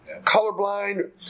Colorblind